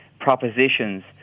propositions